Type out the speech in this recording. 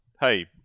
hey